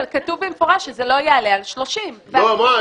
אבל כתוב במפורש שזה לא יעלה על 30. מה,